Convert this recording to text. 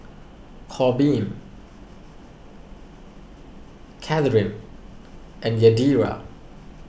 Korbin Kathyrn and Yadira